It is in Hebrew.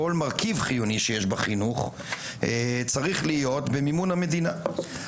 כל מרכיב חיוני שיש בחינוך צריך להיות במימון המדינה.